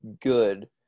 good